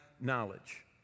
knowledge